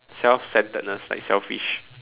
self centeredness like selfish